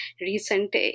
recent